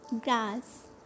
grass